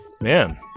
Man